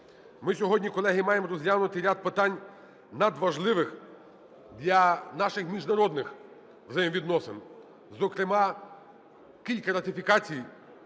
Ми сьогодні, колеги, маємо розглянути ряд питань надважливих для наших міжнародних взаємовідносин, зокрема кілька ратифікацій